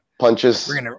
Punches